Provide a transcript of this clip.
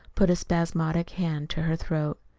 put a spasmodic hand to her throat.